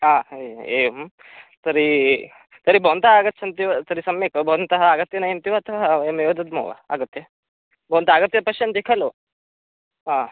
हे एवम् तर्हि तर्हि भवन्तः आगच्छन्ति वा तर्हि सम्यक् भवन्तः आगत्य नयन्ति वा अतः वयमेव दद्मः वा आगत्य भवन्त आगत्य पश्यन्ति खलु